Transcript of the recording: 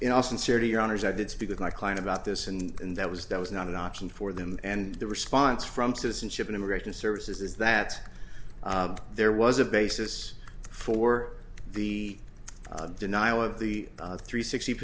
sincerity your honour's i did speak with my client about this and that was that was not an option for them and the response from citizenship and immigration services is that there was a basis for the denial of the three sixty